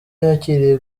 yakiriye